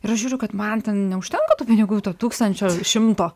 ir aš žiūriu kad man ten neužtenka tų pinigų to tūkstančio šimto